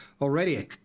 already